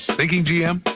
thinking gm?